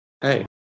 Hey